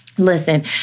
Listen